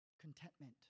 contentment